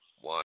One